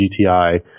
GTI